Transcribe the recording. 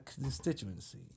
constituency